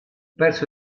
perso